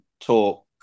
talk